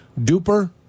Duper